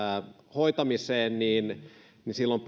hoitamiseksi niin niin silloin